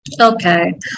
Okay